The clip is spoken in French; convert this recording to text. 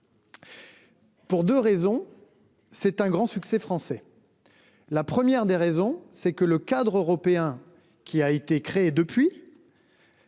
Pour 2 raisons. C'est un grand succès français. La première des raisons, c'est que le cadre européen qui a été créée depuis.--